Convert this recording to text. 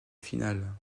finale